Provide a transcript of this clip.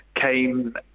came